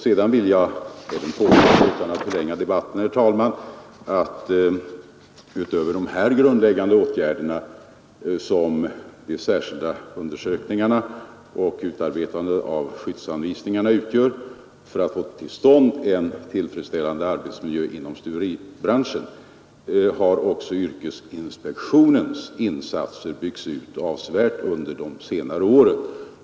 Sedan vill jag utan att förlänga debatten, herr talman, påpeka att utöver dessa grundläggande åtgärder som de särskilda undersökningarna och utarbetande av skyddsanvisningarna utgör, har också yrkesinspektionens insatser byggts ut avsevärt under de senare åren för att få till stånd en tillfredsställande arbetsmiljö inom stuveribranschen.